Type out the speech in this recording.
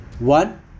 one